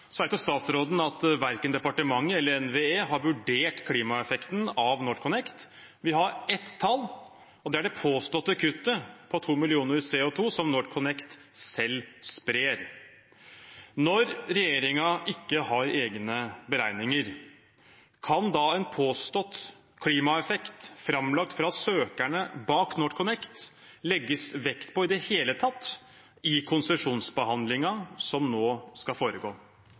statsråden at verken departementet eller NVE har vurdert klimaeffekten av NorthConnect. Vi har ett tall, og det er det påståtte kuttet på to millioner CO 2 , som NorthConnect selv sprer. Når regjeringen ikke har egne beregninger, kan da en påstått klimaeffekt – framlagt av søkerne bak NorthConnect – legges vekt på i det hele tatt i konsesjonsbehandlingen som nå skal foregå?